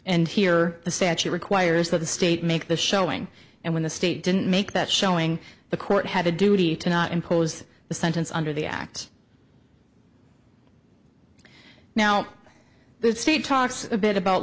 and here the statute requires that the state make the showing and when the state didn't make that showing the court had a duty to not impose the sentence under the act now the state talks a bit about